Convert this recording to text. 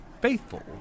faithful